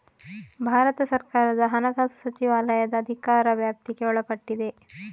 ಭಾರತ ಸರ್ಕಾರದ ಹಣಕಾಸು ಸಚಿವಾಲಯದ ಅಧಿಕಾರ ವ್ಯಾಪ್ತಿಗೆ ಒಳಪಟ್ಟಿದೆ